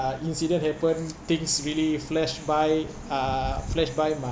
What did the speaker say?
incident happened things really flashed by uh flashed by my